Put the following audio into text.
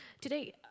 Today